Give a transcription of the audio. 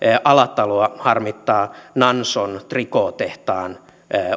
alataloa harmittaa nanson trikootehtaan